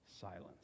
Silence